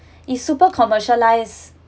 it's super commercialised